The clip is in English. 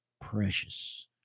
precious